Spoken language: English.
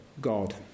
God